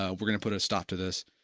ah we're going to put a stop to this?